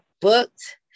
booked